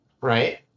right